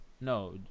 No